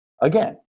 again